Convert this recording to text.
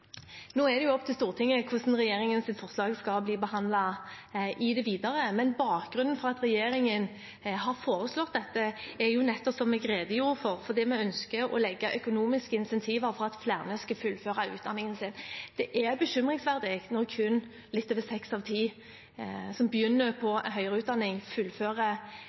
Nå er det opp til Stortinget hvordan regjeringens forslag skal bli behandlet i det videre, men bakgrunnen for at regjeringen har foreslått dette, er jo nettopp, som jeg redegjorde for, at vi ønsker å legge økonomiske incentiver for at flere skal fullføre utdanningen sin. Det er bekymringsverdig når kun litt over seks av ti som begynner på høyere utdanning, fullfører